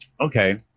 okay